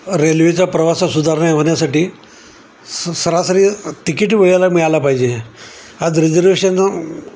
रेल्वेचा प्रवासा सुधारणा होण्यासाठी स सरासरी तिकीट वेळेला मिळाला पाहिजे आज रिजर्वेशन